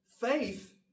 Faith